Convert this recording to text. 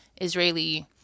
Israeli